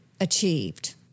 achieved